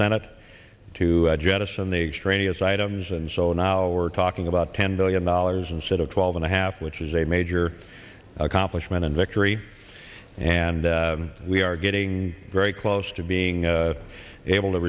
senate to jettison the extraneous items and so now we're talking about ten billion dollars instead of twelve and a half which is a major accomplishment in victory and we are getting very close to being able to